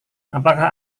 apakah